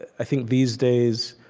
i think, these days,